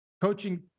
coaching